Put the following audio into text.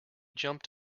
jumped